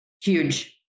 huge